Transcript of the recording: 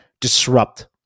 disrupt